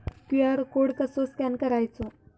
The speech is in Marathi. क्यू.आर कोड कसो स्कॅन करायचो?